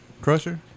Crusher